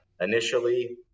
initially